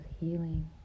healing